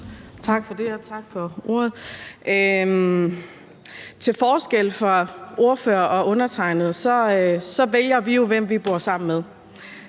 Tak for ordet. Ordføreren og undertegnede vælger jo, hvem vi bor sammen med.